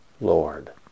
Lord